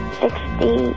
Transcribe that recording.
sixty